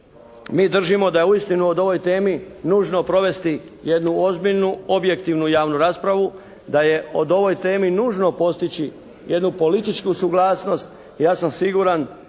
mi držimo da uistinu da je o ovoj temi nužno provesti jednu ozbiljnu objektivnu javnu raspravu da je o ovoj temi nužno postići jednu političku suglasnost. Ja sam siguran